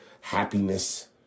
happiness